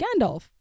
Gandalf